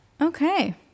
Okay